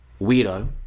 weirdo